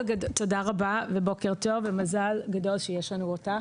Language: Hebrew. תודה רבה ובוקר טוב ומזל גדול שיש לנו אותך,